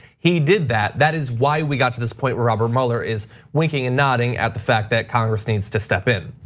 he did that, that is why we got to this point where robert mueller is winking and nodding at the fact that congress needs to step in.